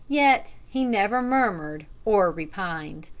yet he never murmured or repined.